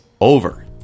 over